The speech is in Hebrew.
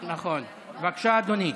בבקשה, אדוני.